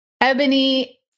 Ebony